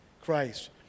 Christ